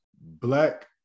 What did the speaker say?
Black